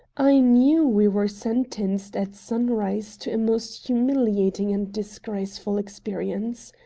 i knew we were sentenced at sunrise to a most humiliating and disgraceful experience.